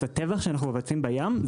את הטבח שאנחנו מבצעים בים?